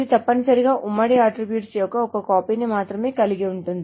ఇది తప్పనిసరిగా ఉమ్మడి అట్ట్రిబ్యూట్ యొక్క ఒక కాపీని మాత్రమే కలిగి ఉంటుంది